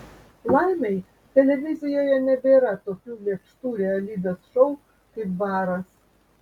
laimei televizijoje nebėra tokių lėkštų realybės šou kaip baras